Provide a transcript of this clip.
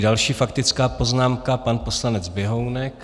Další faktická poznámka pan poslanec Běhounek.